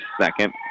second